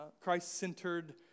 Christ-centered